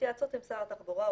בהתייעצות עם שר התחבורה,